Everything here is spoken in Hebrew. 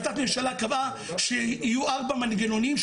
החלטת ממשלה קבעה שיהיו ארבעה מנגנונים,